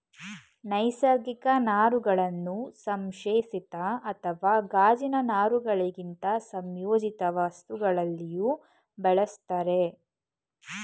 ನೈಸರ್ಗಿಕ ನಾರುಗಳನ್ನು ಸಂಶ್ಲೇಷಿತ ಅಥವಾ ಗಾಜಿನ ನಾರುಗಳಂತೆ ಸಂಯೋಜಿತವಸ್ತುಗಳಲ್ಲಿಯೂ ಬಳುಸ್ತರೆ